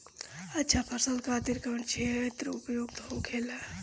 अच्छा फसल खातिर कौन क्षेत्र उपयुक्त होखेला?